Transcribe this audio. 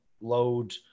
load